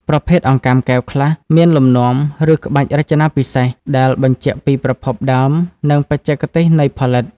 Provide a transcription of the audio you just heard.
ប្រភេទអង្កាំកែវខ្លះ មានលំនាំ ឬក្បាច់រចនាពិសេស ដែលបញ្ជាក់ពីប្រភពដើម និងបច្ចេកទេសនៃផលិត។